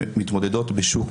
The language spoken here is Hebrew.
שמתמודדות בשוק